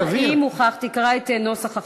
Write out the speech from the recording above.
תקרא את נוסח הכתוב.